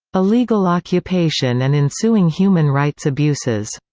illegal occupation and ensuing human rights abuses.